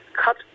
cut